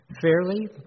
fairly